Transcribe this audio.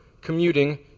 commuting